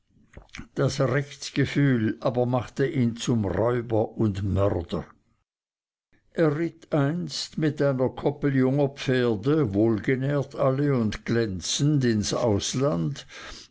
das rechtgefühl aber machte ihn zum räuber und mörder er ritt einst mit einer koppel junger pferde wohlgenährt alle und glänzend ins ausland